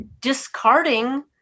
discarding